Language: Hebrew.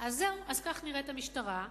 אז זהו, אז כך נראית המשטרה,